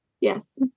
yes